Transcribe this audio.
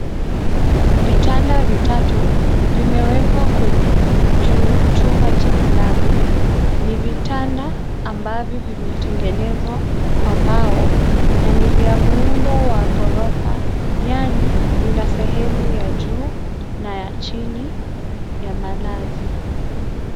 Vitanda vitatu vimewekwa kwenye chumba cha malazi. Ni vitanda ambavyo vimetengenezwa kwa mbao na ni vya muundo wa gorofa yaani vina sehemu ya juu na ya chini ya malazi.